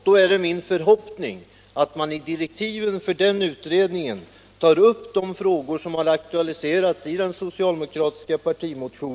Då är min förhoppning att man i direktiven för den utredningen tar upp de frågor som har aktualiserats i den socialdemokratiska partimotionen.